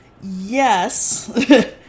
yes